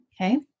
Okay